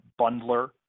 bundler